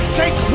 take